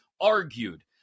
argued